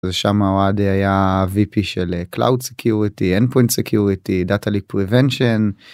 ושמה אוהד היה וי פי של קלאוד סקיוריטי, אנד פוינט סקיוריטי, דאטה ליק פרוונשן